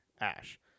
ash